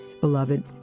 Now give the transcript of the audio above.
Beloved